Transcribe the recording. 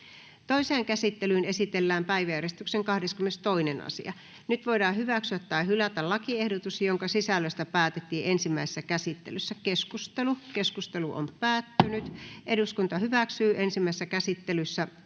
Toiseen käsittelyyn esitellään päiväjärjestyksen 21. asia. Nyt voidaan hyväksyä tai hylätä lakiehdotus, jonka sisällöstä päätettiin ensimmäisessä käsittelyssä. — Keskustelu, edustaja Talvitie.